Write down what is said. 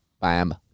bam